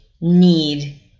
need